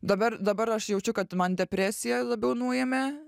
dabar dabar aš jaučiu kad man depresija labiau nuėmė